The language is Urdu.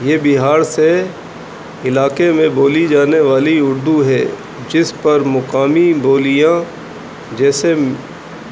یہ بہار سے علاقے میں بولی جانے والی اردو ہے جس پر مقامی بولیاں جیسے